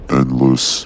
endless